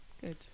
good